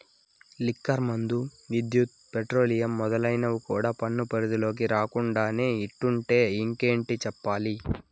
liquor మందు, విద్యుత్, petroleum మొదలైనవి కూడా పన్ను పరిధిలోకి రాకుండానే ఇట్టుంటే ఇంకేటి చెప్పాలి